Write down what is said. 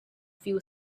few